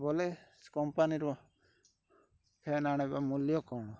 ବୋଲେ କମ୍ପାନୀର ଫ୍ୟାନ୍ ଆଣବା ମୂଲ୍ୟ କ'ଣ